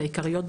העיקריות,